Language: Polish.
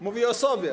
Mówi o sobie.